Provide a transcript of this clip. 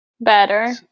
better